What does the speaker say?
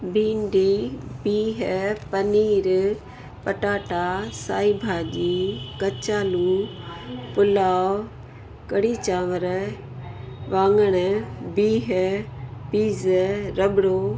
भींडी बिह पनीर पटाटा साई भाॼी कचालू पुलाव कड़ी चांवर वांङण बिह पीज़ रबड़ो